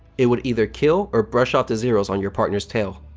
it would either kill or brush off the zeros on your partner's tail.